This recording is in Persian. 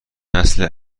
نسل